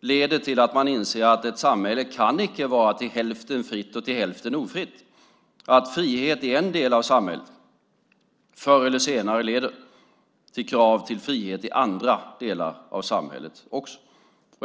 leder till att man inser att ett samhälle inte kan vara till hälften fritt och till hälften ofritt och att frihet i en del av samhället förr eller senare leder till krav på frihet i andra delar av samhället också.